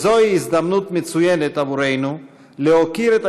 וזוהי הזדמנות מצוינת עבורנו להוקיר את